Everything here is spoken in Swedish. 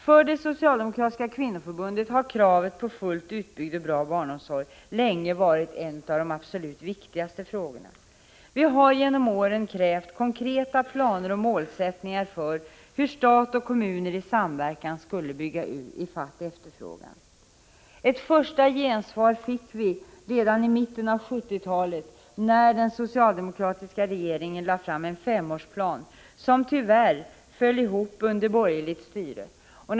För det socialdemokratiska kvinnoförbundet har kravet på fullt utbyggd och bra barnomsorg länge varit en av de absolut viktigaste frågorna. Vi har under årens lopp krävt konkreta planer och mål för hur stat och kommuner i samverkan skall kunna bygga i fatt efterfrågan. Ett första gensvar fick vi redan i mitten av 1970-talet då den socialdemokratiska regeringen lade fram en femårsplan, som tyvärr föll ihop under borgerlig styrelse.